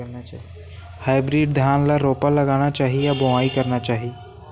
Hybrid धान ल रोपा लगाना चाही या बोआई करना चाही?